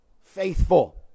faithful